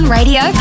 Radio